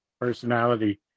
personality